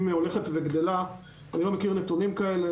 הולכת וגדלה אני לא מכיר נתונים כאלה,